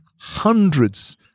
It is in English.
hundreds